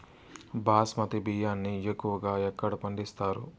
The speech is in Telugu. బాస్మతి బియ్యాన్ని ఎక్కువగా ఎక్కడ పండిస్తారు?